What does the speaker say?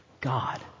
God